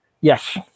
Yes